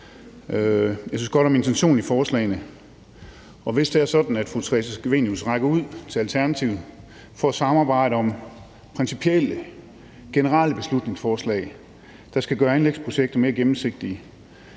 Jeg synes godt om intentionen i forslagene, og hvis fru Theresa Scavenius rækker ud til Alternativet for at samarbejde om principielle, generelle beslutningsforslag, der skal gøre anlægsprojekter mere gennemsigtige,